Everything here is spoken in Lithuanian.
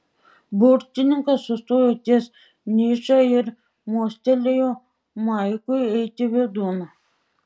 burtininkas sustojo ties niša ir mostelėjo maiklui eiti vidun